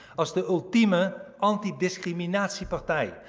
as the ultimate antidiscriminatiepartij.